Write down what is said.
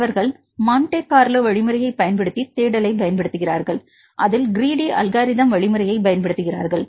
அவர்கள் Monte Carlo வழிமுறையைப் பயன்படுத்தி தேடலைப் பயன்படுத்துகிறார்கள் அதில் க்ரீடி அல்கேரித்ம் வழிமுறையைப் பயன்படுத்துகிறார்கள்